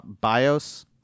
Bios